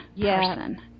person